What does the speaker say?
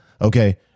okay